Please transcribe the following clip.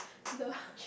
the